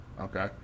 okay